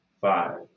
five